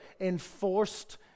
enforced